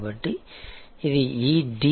కాబట్టి ఇది ఈ D